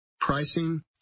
pricing